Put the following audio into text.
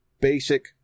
basic